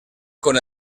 con